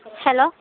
hello